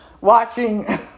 watching